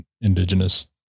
indigenous